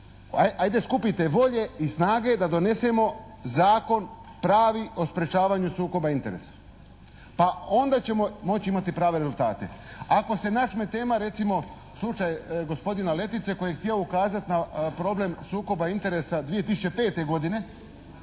ajde skupite volje i snage da donesemo zakon pravi o sprječavanju sukoba interesa pa onda ćemo moći imati prave rezultate. Ako se načme tema recimo slučaj gospodina Letice koji je htio ukazati na problem sukoba interesa 2005. godine